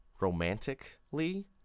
romantically